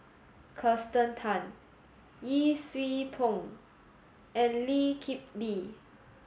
Kirsten Tan Yee Siew Pun and Lee Kip Lee